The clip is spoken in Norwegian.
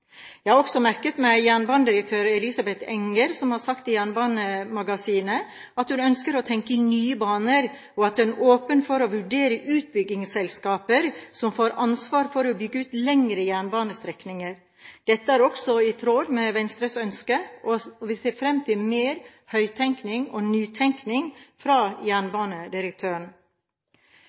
Jeg har også merket meg at jernbanedirektør Elisabeth Enger har sagt i Jernbanemagasinet at hun ønsker å tenke i nye baner, og at hun er åpen for å vurdere utbyggingsselskaper som får ansvar for å bygge ut lengre jernbanestrekninger. Dette er også i tråd med Venstres ønske, og vi ser fram til mer høyttenkning og nytenkning fra jernbanedirektøren.